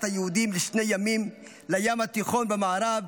היהודים לשני ימים: לים התיכון במערב,